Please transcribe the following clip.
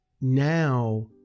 now